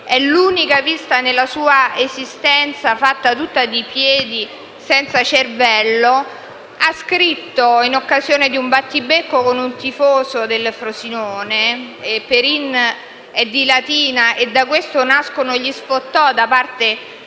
è l'unica vista nella sua esistenza, fatta tutta di piedi e senza cervello - in occasione di un battibecco con un tifoso del Frosinone - Perin è di Latina e da questo nascono gli sfottò da parte dei